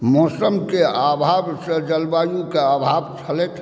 मौसमके अभावसॅं जलवायुके अभाव छलैथ